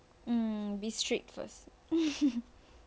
mm be strict first